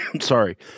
Sorry